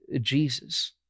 Jesus